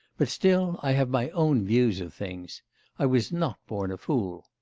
but still i have my own views of things i was not born a fool.